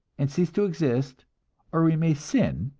and cease to exist or we may sin,